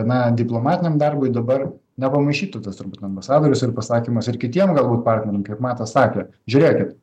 na diplomatiniam darbui dabar nepamaišytų tas turbūt ambasadorius ir pasakymas ir kitiem galbūt partneriam kaip matas sakė žiūrėkit